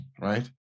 right